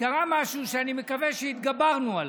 שאני מקווה שהתגברנו עליו.